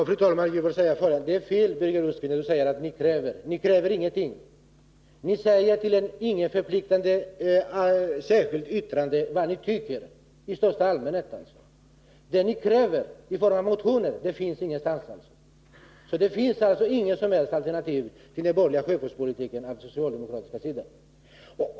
Fru talman! Det är fel som Birger Rosqvist säger, att socialdemokraterna ställer krav, för ni kräver ingenting. Ni säger i ett till intet förpliktande särskilt yttrande vad ni tycker i största allmänhet, men det ni kräver i form av motioner finns ingenstans. Det finns alltså inget som helst alternativ till den borgerliga sjöfartspolitiken från den socialdemokratiska sidan.